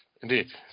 Indeed